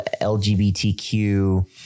LGBTQ